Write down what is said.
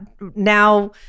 now